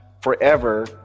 forever